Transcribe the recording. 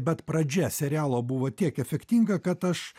bet pradžia serialo buvo tiek efektinga kad aš